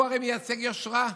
הוא הרי מייצג יושרה,